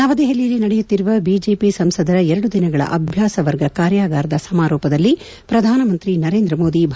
ನವದೆಪಲಿಯಲ್ಲಿ ನಡೆಯುತ್ತಿರುವ ಬಿಜೆಪಿ ಸಂಸದರ ಎರಡು ದಿನಗಳ ಅಭ್ಯಾಸ ವರ್ಗ ಕಾರ್ಯಾಗಾರದ ಸಮಾರೋಪದಲ್ಲಿ ಪ್ರಧಾನಮಂತ್ರಿ ನರೇಂದ್ರ ಮೋದಿ ಭಾಷಣ